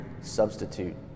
substitute